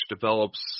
develops